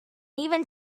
even